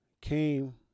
came